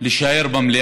כבוד השרה סופה לנדבר,